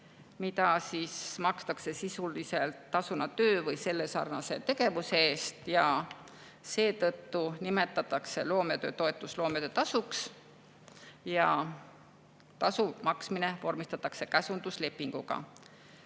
mida sisuliselt makstakse tasuna töö või sellesarnase tegevuse eest. Seetõttu nimetatakse loometöötoetus loometöötasuks ja tasu maksmine vormistatakse käsunduslepinguga.